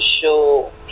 show